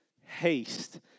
Haste